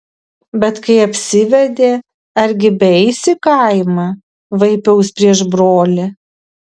bet kai apsivedė argi beeis į kaimą vaipiaus prieš brolį